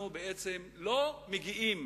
אנחנו בעצם לא מגיעים